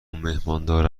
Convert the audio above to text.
مهماندار